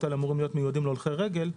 האלה אמורים להיות מיועדים להולכי רגל,